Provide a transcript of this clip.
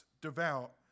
devout